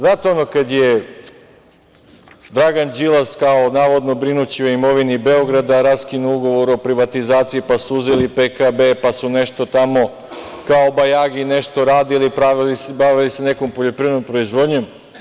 Znate kada je Dragan Đilas, kao navodno brinući o imovini Beograda raskinu ugovor o privatizaciji, pa suzili PKB, pa su nešto tamo kao bajagi nešto radili, bavili se nekom poljoprivrednom proizvodnjom.